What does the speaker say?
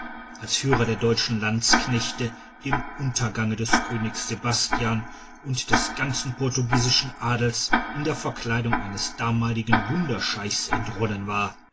als führer der deutschen landsknechte dem untergang des königs sebastian und des ganzen portugiesischen adels in der verkleidung eines damaligen wunderscheichs entronnen war